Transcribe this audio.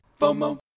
FOMO